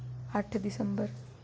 अट्ठ दिसंबर